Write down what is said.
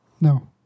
No